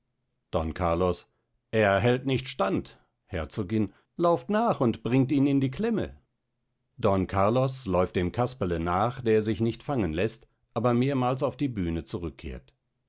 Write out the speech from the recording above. don carlos er hält nicht stand herzogin lauft nach und bringt ihn in die klemme don carlos läuft dem casperle nach der sich nicht fangen läßt aber mehrmals auf die bühne zurückkehrt